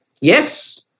Yes